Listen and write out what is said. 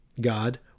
god